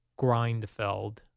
Grindfeld